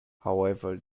however